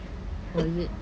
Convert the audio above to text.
oh is it